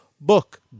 Book